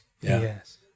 yes